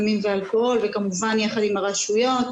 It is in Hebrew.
סמים ואלכוהול וכמובן יחד עם הרשויות.